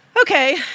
Okay